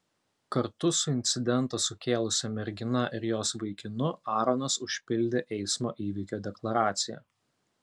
kartu su incidentą sukėlusia mergina ir jos vaikinu aaronas užpildė eismo įvykio deklaraciją